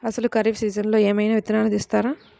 అసలు ఖరీఫ్ సీజన్లో ఏమయినా విత్తనాలు ఇస్తారా?